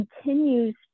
continues